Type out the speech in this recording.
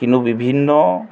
কিনো বিভিন্ন